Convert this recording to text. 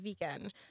vegan